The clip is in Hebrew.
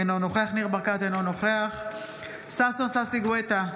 אינו נוכח ניר ברקת, אינו נוכח ששון ששי גואטה,